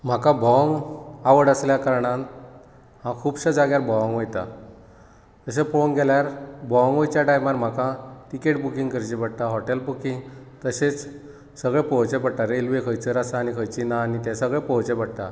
म्हाका भोवंक आवड आसल्या कारणान हांव खुबश्या जाग्यार भोवंक वयता तशें पळोवंक गेल्यार भोवंक वयच्या टायमार म्हाका तिकेट बुकींग करचें पडटा हॉटेल बुकींग तशेंच सगळें पळोवचें पडटा रेल्वे खंयसर आसा आनी खंयची ना आनी तें सगळें पळोवचें पडटा